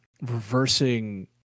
reversing